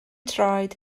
traed